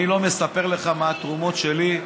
אני לא מספר לך מה התרומות שלי,